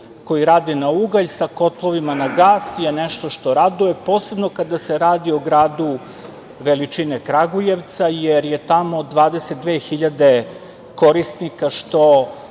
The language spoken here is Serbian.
koji rade na ugalj sa kotlovima na gas je nešto što raduje, posebno kada se radi o gradu veličine Kragujevca, jer je tamo 22.000 korisnika, što